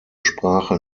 sprache